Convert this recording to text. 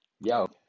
Yo